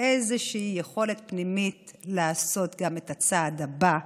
איזושהי יכולת פנימית לעשות גם את הצעד הבא,